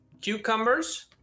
cucumbers